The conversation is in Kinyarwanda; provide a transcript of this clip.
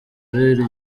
ari